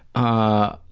ah,